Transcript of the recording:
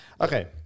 okay